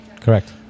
Correct